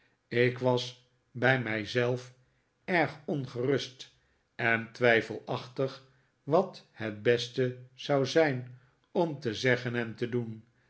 ik was bij mij zelf erg ongerust en twijfelachtig wat het beste zou zijn om te zeggen en te doen